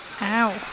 Ow